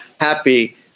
happy